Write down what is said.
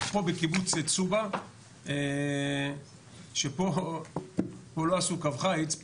בקיבוץ צובה שפה לא עשו קו חיץ,